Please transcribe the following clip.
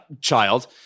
child